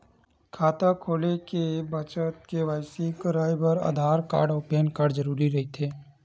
खाता खोले के बखत के.वाइ.सी कराये बर आधार कार्ड अउ पैन कार्ड जरुरी रहिथे